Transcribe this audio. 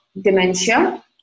dementia